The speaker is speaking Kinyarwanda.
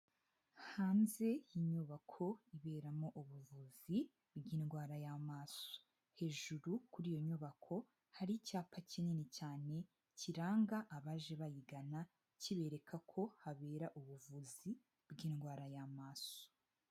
Hanze y'inyubako iberamo ubuvuzi bw'indwara y'amaso, hejuru kuri iyo nyubako hari icyapa kinini cyane kiranga abaje bayigana, kibereka ko habera ubuvuzi bw'indwara y'amaso.